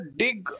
dig